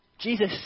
Jesus